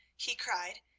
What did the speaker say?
he cried,